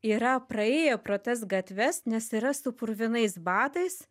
yra praėję pro tas gatves nes yra su purvinais batais